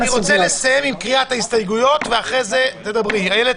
אני רוצה לסיים עם קריאת ההסתייגויות ואחרי זה תוכלי לדבר.